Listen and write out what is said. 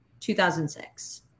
2006